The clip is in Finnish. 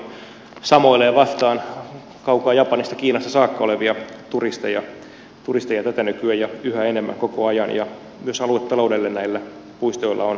siellä aika paljon samoilee vastaan kaukaa japanista kiinasta saakka olevia turisteja tätä nykyä ja yhä enemmän koko ajan ja myös aluetaloudelle näillä puistoilla on merkitys